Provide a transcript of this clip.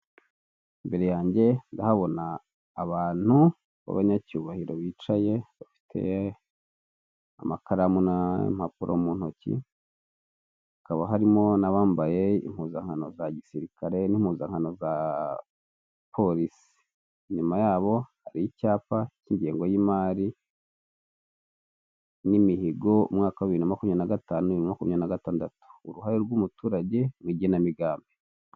Imbere yange ndahabona abantu b'abanyacyubahiro bicaye bafite amakaramu n'impapuro mu ntoki, hakaba harimo n'abambaye impuzankano za gisirikare n'impuzankano za polisi, inyuma yabo hari icyapa cy'ingengo y'imari n'imihigo umwaka wa bibiri na makumyabiri na gatanu, bibiri na makumyabiri na gatandatu, uruhare rw'umuturage mu igenamigambi.